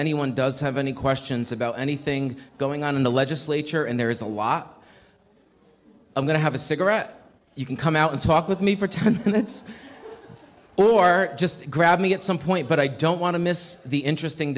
anyone does have any questions about anything going on in the legislature and there is a law i'm going to have a cigarette you can come out and talk with me for ten minutes or just grab me at some point but i don't want to miss the interesting